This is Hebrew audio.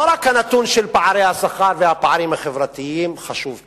לא רק הנתון של פערי השכר והפערים החברתיים חשוב כאן.